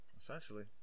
essentially